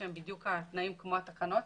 שהם תנאים בדיוק כמו התקנות,